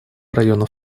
районов